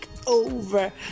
takeover